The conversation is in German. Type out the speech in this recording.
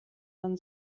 dann